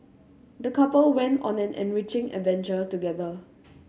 the couple went on an enriching adventure together